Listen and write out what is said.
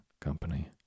company